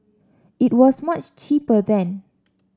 it was much cheaper then